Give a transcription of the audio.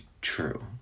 true